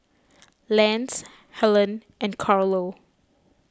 Lance Helene and Carlo